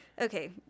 Okay